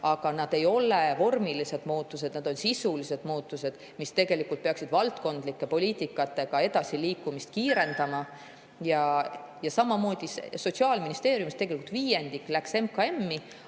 aga need ei ole vormilised muutused, need on sisulised muutused, mis tegelikult peaksid valdkondlike poliitikatega edasiliikumist kiirendama. Samamoodi, Sotsiaalministeeriumist viiendik läks MKM‑i,